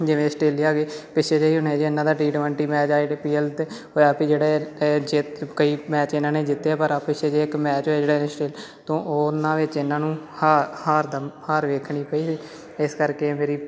ਜਿਵੇਂ ਅਸਟ੍ਰੇਲੀਆ ਹੋ ਗਈ ਪਿੱਛ ਜੇ ਹੀ ਇਹਨਾਂ ਦਾ T twenty match I P L ਤੇ ਹੋਇਆ ਪੀ ਜਿਹੜੇ ਜਿੱਤ ਕਈ ਮੈਚ ਇਹਨਾਂ ਨੇ ਜਿੱਤੇ ਪਰ ਆ ਪਿੱਛੇ ਜੇ ਇੱਕ ਮੈਚ ਹੋਇਆ ਜਿਹੜਾ ਤੋਂ ਉਹ ਉਹਨਾਂ ਵਿੱਚ ਇਹਨਾਂ ਨੂੰ ਹਾਰ ਦਾ ਹਾਰ ਵੇਖਣੀ ਪਈ ਇਸ ਕਰਕੇ ਮੇਰੀ